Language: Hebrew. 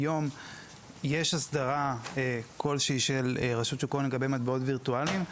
היום יש הסדרה כלשהי של רשות שוק ההון לגבי מטבעות וירטואליים.